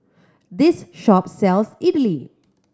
this shop sells Idili